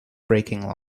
breaking